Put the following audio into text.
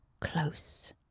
close